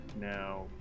now